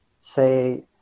Say